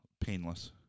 painless